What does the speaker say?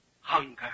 hunger